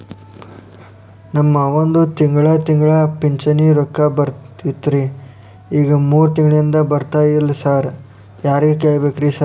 ನಮ್ ಮಾವಂದು ತಿಂಗಳಾ ತಿಂಗಳಾ ಪಿಂಚಿಣಿ ರೊಕ್ಕ ಬರ್ತಿತ್ರಿ ಈಗ ಮೂರ್ ತಿಂಗ್ಳನಿಂದ ಬರ್ತಾ ಇಲ್ಲ ಸಾರ್ ಯಾರಿಗ್ ಕೇಳ್ಬೇಕ್ರಿ ಸಾರ್?